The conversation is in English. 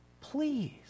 please